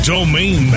Domain